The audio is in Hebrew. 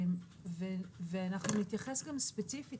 אנחנו נתייחס גם ספציפית,